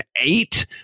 eight